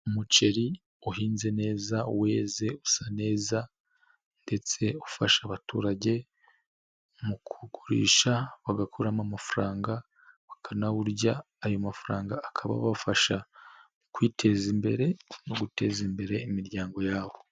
Umuceri uhinze neza weze usa neza, ndetse ufasha abaturage mu kugurisha bagakuramo amafaranga, bakanawurya ayo mafaranga akaba abafasha kwiteza imbere no guteza imbere imiryango yawo.